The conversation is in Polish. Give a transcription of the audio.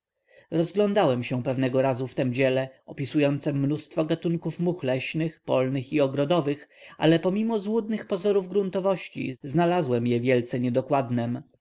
rozglądałem się pewnego razu w tem dziele opisującem mnóstwo gatunków much leśnych polnych i ogrodowych ale pomimo złudnych pozorów gruntowności znalazłem je wielce niedokładnem